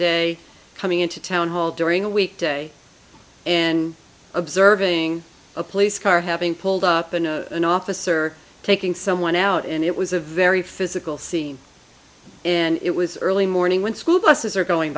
day coming into town hall during a weekday and observing a police car having pulled up in a office or taking someone out and it was a very physical scene and it was early morning when school buses are going